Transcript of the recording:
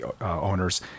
owners